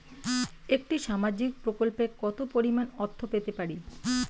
একটি সামাজিক প্রকল্পে কতো পরিমাণ অর্থ পেতে পারি?